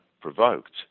provoked